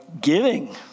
giving